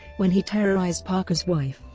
when he terrorized parker's wife,